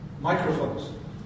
microphones